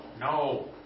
no